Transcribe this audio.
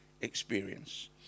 experience